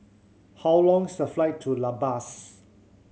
how long the flight to La Paz